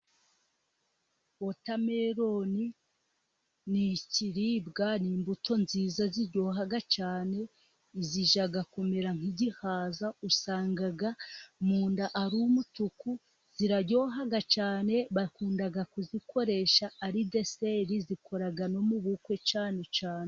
Wotameloni ni ikiribwa, ni imbuto nziza ziryohaha cyane, zijya kumera nk'igihaza. Usanga mu nda ari umutuku, ziraryoha cyane bakunda kuzikoresha ari deseri, zikora no mu bukwe cyane cyane.